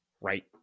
Right